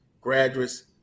graduates